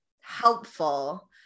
helpful